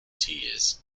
tears